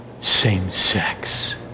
same-sex